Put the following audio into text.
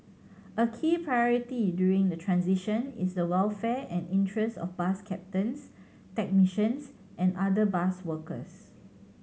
a key priority during the transition is the welfare and interest of bus captains technicians and other bus workers